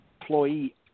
employee